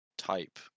type